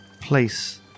place